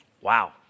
Wow